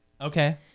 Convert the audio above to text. Okay